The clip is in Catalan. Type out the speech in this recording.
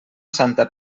santa